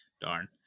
Darn